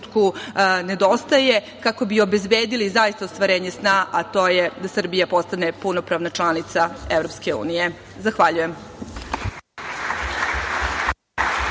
nedostaje kako bismo obezbedili zaista ostvarenje sna, a to je da Srbija postane punopravna članica Evropske unije. Zahvaljujem.